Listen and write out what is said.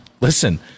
listen